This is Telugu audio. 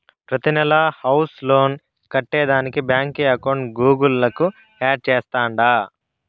ప్రతినెలా హౌస్ లోన్ కట్టేదానికి బాంకీ అకౌంట్ గూగుల్ కు యాడ్ చేస్తాండా